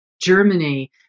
Germany